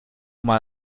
mal